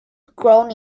grown